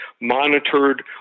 monitored